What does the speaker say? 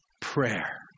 prayer